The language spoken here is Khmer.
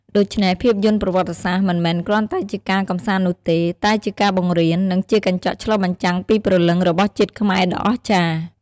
ដូច្នេះ ភាពយន្តប្រវត្តិសាស្ត្រមិនមែនគ្រាន់តែជាការកម្សាន្តនោះទេ តែជាការបង្រៀន និងជាកញ្ចក់ឆ្លុះបញ្ចាំងពីព្រលឹងរបស់ជាតិខ្មែរដ៏អស្ចារ្យ។